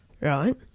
Right